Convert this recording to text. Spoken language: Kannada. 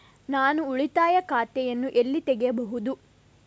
ನಾನು ಉಳಿತಾಯ ಖಾತೆಯನ್ನು ಎಲ್ಲಿ ತೆಗೆಯಬಹುದು?